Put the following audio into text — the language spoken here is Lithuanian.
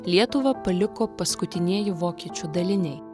lietuvą paliko paskutinieji vokiečių daliniai